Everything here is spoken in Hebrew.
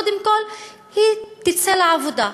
קודם כול היא תצא לעבודה,